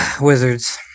Wizards